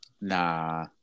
Nah